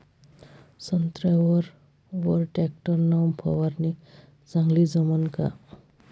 संत्र्यावर वर टॅक्टर न फवारनी चांगली जमन का?